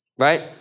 right